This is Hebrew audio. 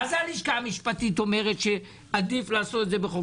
מה זה שהלשכה המשפטית אומרת שעדיף לעשות את זה בחוק?